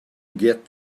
get